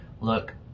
look